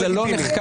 כי זה לא נחקק.